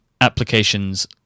Applications